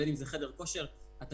בין אם זה חדר כושר - התשלום